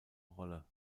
rolle